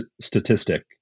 statistic